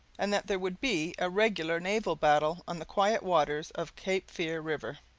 and that there would be a regular naval battle on the quiet waters of cape fear river.